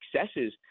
successes